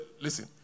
listen